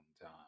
time